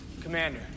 commander